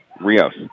Rios